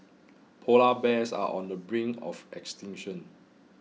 Polar Bears are on the brink of extinction